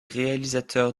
réalisateur